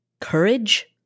courage